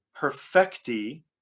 perfecti